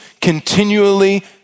continually